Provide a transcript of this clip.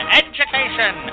education